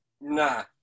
Nah